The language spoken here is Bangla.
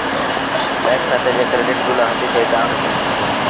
এক সাথে যে ক্রেডিট গুলা হতিছে একাউন্ট থেকে